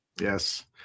Yes